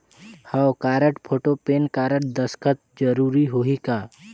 हव card, photo, PAN card, दस्खत जरूरी होही का?